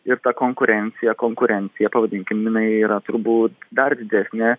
ir ta konkurencija konkurencija pavadinkim jinai yra turbūt dar didesnė